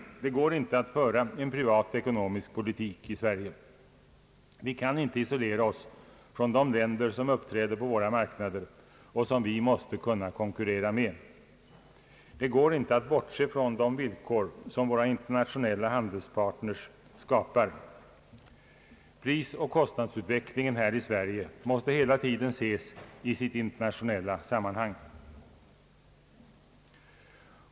Det går inte att föra en självständig ekonomisk politik här i Sverige. Vi kan inte isolera oss från de länder som uppträder på våra marknader och vilka vi måste kunna konkurrera med. Vi kan inte bortse från de villkor som våra internationella handelspartners skapar. Prisoch kostnadsutvecklingen här i Sverige måste hela tiden ses i sitt internationella sammanhang.